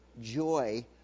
joy